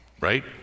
Right